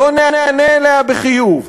לא ניענה לה בחיוב,